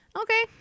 Okay